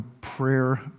prayer